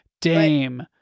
Dame